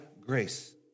grace